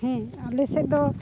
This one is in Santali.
ᱦᱮᱸ ᱟᱞᱮ ᱥᱮᱫ ᱫᱚ